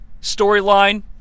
storyline